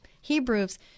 Hebrews